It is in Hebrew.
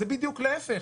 זה בדיוק להפך,